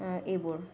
এইবোৰ